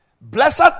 Blessed